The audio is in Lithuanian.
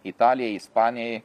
italijai ispanijai